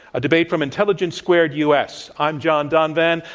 a debate from intelligence squared u. s. i'm john donvan.